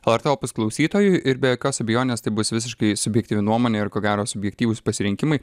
el er t opus klausytojui ir be jokios abejonės tai bus visiškai subjektyvi nuomonė ir ko gero subjektyvūs pasirinkimai